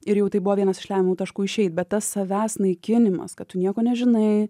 ir jau tai buvo vienas iš lemiamų taškų išeiti bet tas savęs naikinimas kad tu nieko nežinai